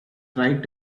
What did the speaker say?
tried